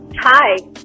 Hi